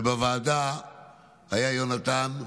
ובוועדה היה יהונתן,